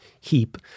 heap